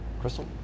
Crystal